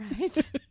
Right